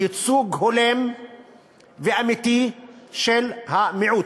ייצוג הולם ואמיתי של המיעוט.